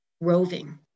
roving